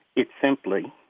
it's simply,